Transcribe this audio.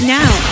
now